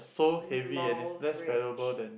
small fridge